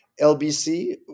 LBC